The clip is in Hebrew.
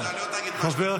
אתה לא תגיד מה שאתה